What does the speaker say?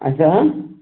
اَچھا